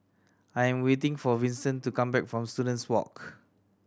I am waiting for Vincent to come back from Students Walk